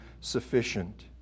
sufficient